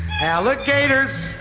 alligators